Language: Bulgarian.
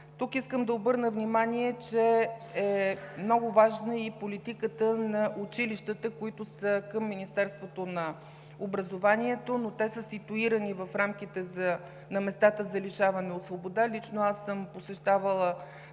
Тук искам да обърна внимание, че е много важна и политиката на училищата, които са към Министерството на образованието и науката, но те са ситуирани в рамките на местата за лишаване от свобода. Лично аз съм посещавала